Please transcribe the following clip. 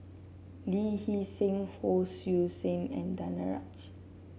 Lee Hee Seng Hon Sui Sen and Danaraj